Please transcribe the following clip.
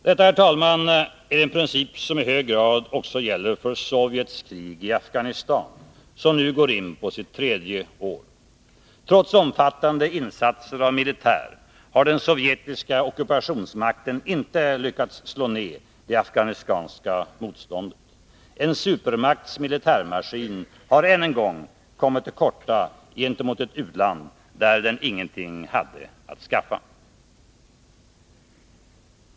Detta, herr talman, är en princip som i hög grad gäller också för Sovjets krig i Afghanistan, som nu går in på sitt tredje år. Trots omfattande insatser av militär har den sovjetiska ockupationsmakten inte lyckats slå ned det afghanska motståndet. En supermakts militärmaskin har än en gång kommit till korta gentemot ett u-land där den ingenting hade att skaffa.